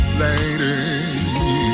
lady